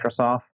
Microsoft